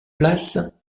place